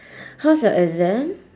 how's your exam